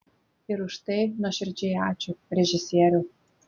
ir už tai nuoširdžiai ačiū režisieriau